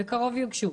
בקרוב יוגשו.